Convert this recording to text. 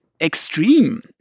extreme